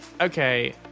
okay